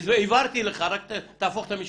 הבהרתי לך, רק תהפוך את המשקפיים.